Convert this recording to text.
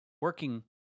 working